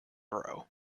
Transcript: row